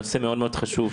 נושא מאוד מאוד חשוב,